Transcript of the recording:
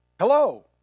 Hello